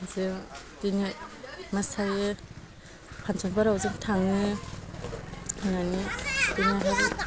जों दिनो मोसायो फानसनफोराव जों थाङो होननानै बिनो हाबि